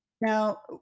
Now